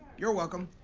you're welcome.